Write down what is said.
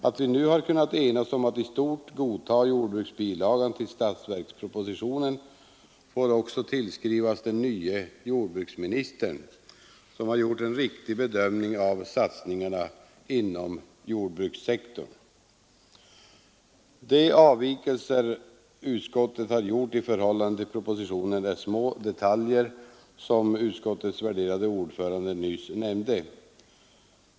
Att vi nu kunnat enas om att i stort sett godta jordbruksbilagan till statsverkspropositionen får också tillskrivas den nye jordbruksministern som har gjort en riktig bedömning av satsningarna inom jordbrukssektorn. De avvikelser utskottet gjort i förhållande till propositionen gäller små detaljer som utskottets värderade ordförande nyss nämnde.